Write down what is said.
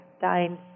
dying